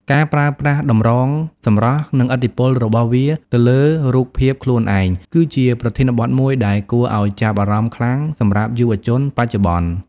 ការប្រើប្រាស់តម្រងសម្រស់និងឥទ្ធិពលរបស់វាទៅលើរូបភាពខ្លួនឯងគឺជាប្រធានបទមួយដែលគួរឱ្យចាប់អារម្មណ៍ខ្លាំងសម្រាប់យុវជនបច្ចុប្បន្ន។